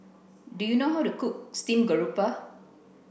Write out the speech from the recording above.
Do you know how to cook steamed grouper